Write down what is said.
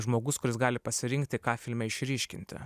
žmogus kuris gali pasirinkti ką filme išryškinti